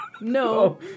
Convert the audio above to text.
no